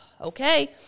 okay